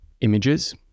images